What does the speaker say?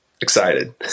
excited